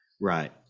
right